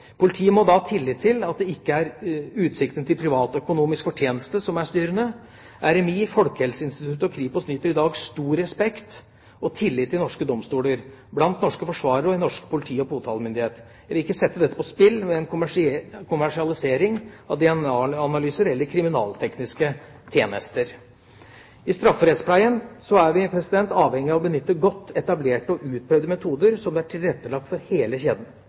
politiet. Politiet må da ha tillit til at det ikke er utsiktene til privatøkonomisk fortjeneste som er styrende. RMI, Folkehelseinstituttet og Kripos nyter i dag stor respekt og tillit i norske domstoler, blant norske forsvarere og i norsk politi- og påtalemyndighet. Jeg vil ikke sette dette på spill med en kommersialisering av DNA-analyser eller kriminaltekniske tjenester. I strafferettspleien er vi avhengige av å benytte godt etablerte og utprøvde metoder som det er tilrettelagt for i hele kjeden,